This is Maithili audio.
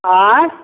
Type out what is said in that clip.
आँय